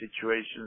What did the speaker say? situations